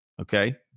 okay